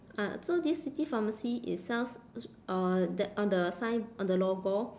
ah so this city pharmacy it sells uh that on the sign on the logo